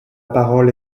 parole